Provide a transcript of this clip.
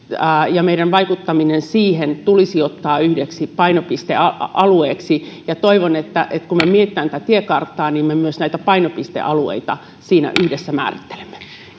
ja meidän vaikuttaminen siihen tulisi ottaa yhdeksi painopistealueeksi toivon että että kun me mietimme tätä tiekarttaa niin me myös näitä painopistealueita siinä yhdessä määrittelemme